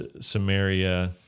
Samaria